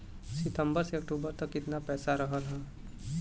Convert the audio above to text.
सितंबर से अक्टूबर तक कितना पैसा रहल ह?